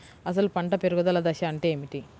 అసలు పంట పెరుగుదల దశ అంటే ఏమిటి?